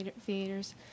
theaters